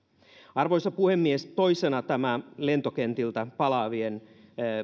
arvoisa puhemies toisena tämä lentokentiltä palaavien